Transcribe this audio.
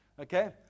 okay